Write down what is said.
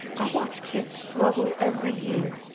i watch kids struggle every year,